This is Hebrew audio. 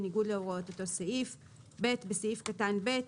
בניגוד להוראות אותו סעיף,"; (ב)בסעיף קטן (ב)